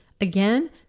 Again